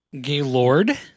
Gaylord